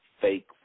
fake